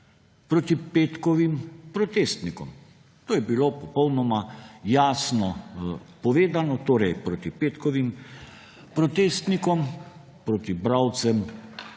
proti petkovim protestnikom. To je bilo popolnoma jasno povedano, torej proti petkovim protestnikom, proti bralcem